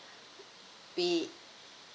we